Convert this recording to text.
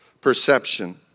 perception